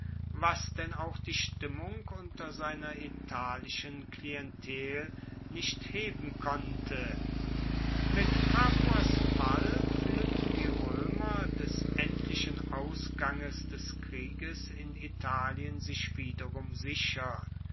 was denn auch die stimmung unter seiner italischen klientel nicht heben konnte mit capuas fall fuehlten die roemer des endlichen ausganges des krieges in italien sich wiederum sicher